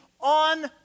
on